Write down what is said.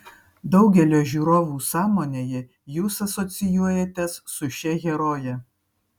daugelio žiūrovų sąmonėje jūs asocijuojatės su šia heroje